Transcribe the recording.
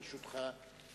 ברשותך,